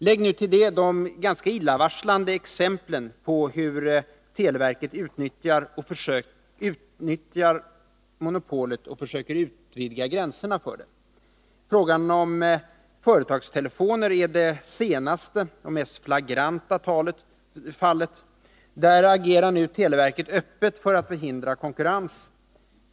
Lägg till det de ganska illavarslande exemplen på hur televerket utnyttjar monopolet och försöker utvidga gränserna för det! Frågan om företagstelefoner är väl det senaste och mest flagranta fallet. Där agerar televerket nu öppet för att förhindra konkurrens.